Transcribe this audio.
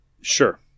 Sure